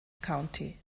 county